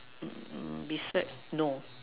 mm beside no